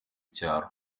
cyaro